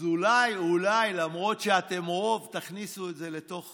אז אולי אולי, למרות שאתם רוב, תכניסו את זה לתוך